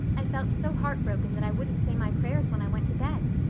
i felt so heartbroken that i wouldn't say my prayers when i went to bed.